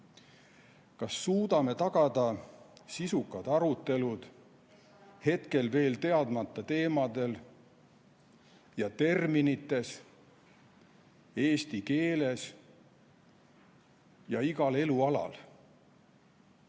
kas suudame tagada sisukad arutelud hetkel veel teadmata teemadel ja terminites eesti keeles ja igal elualal.